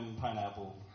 Pineapple